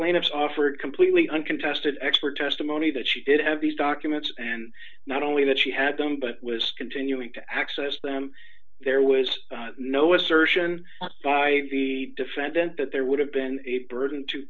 plaintiff's offered completely uncontested expert testimony that she did have these documents and not only that she had them but was continuing to access them there was no assertion by the defendant that there would have been a burden to